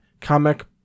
comic